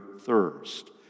thirst